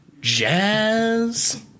jazz